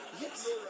Yes